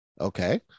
okay